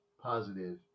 positive